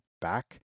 back